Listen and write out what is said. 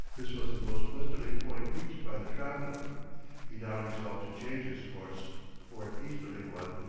this was the most westerly point reached by the traveller he now resolved to change his course for an easterly one,